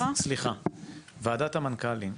ועדת המנכ"לים,